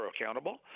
accountable